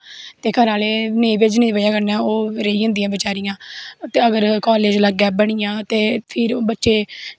ते घर आह्लें दी नेईं भेजने दी बजह कन्नै ओह् रेही जंदियां बचैरियां ते अगर कालेज लाग्गै बनी जा ते फ्ही बच्चे